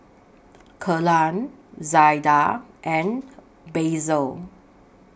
Kellan Zaida and Basil